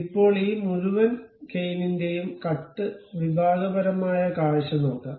ഇപ്പോൾ ഈ മുഴുവൻ കെയിനിന്റെയും കട്ട് വിഭാഗപരമായ കാഴ്ച നോക്കാം